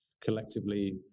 collectively